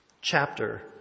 chapter